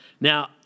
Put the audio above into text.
Now